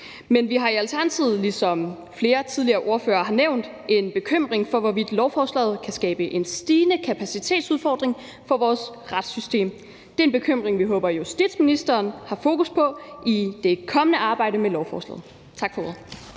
Men vi har i Alternativet, ligesom flere tidligere ordførere har nævnt det, en bekymring for, hvorvidt lovforslaget kan skabe en stigende kapacitetsudfordring for vores retssystem. Det er en bekymring, vi håber justitsministeren har fokus på i det kommende arbejde med lovforslaget. Tak for ordet.